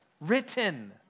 written